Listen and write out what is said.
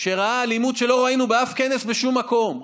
שהוא ראה אלימות שלא ראינו באף כנס בשום מקום,